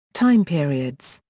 time-periods,